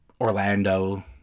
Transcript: Orlando